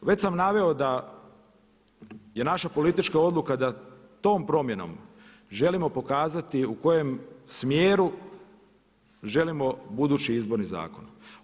Već sam naveo da je naša politička odluka da tom promjenom želimo pokazati u kojem smjeru želimo budući Izborni zakon.